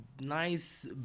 nice